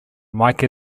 mike